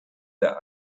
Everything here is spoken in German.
der